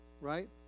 Right